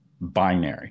binary